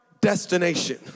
destination